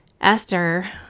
Esther